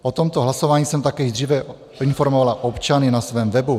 O tomto hlasování jsem také již dříve informovala občany na svém webu.